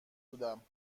بودم